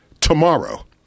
tomorrow